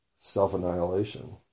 self-annihilation